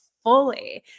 fully